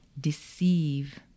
deceive